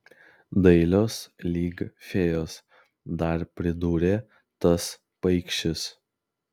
dailios lyg fėjos dar pridūrė tas paikšis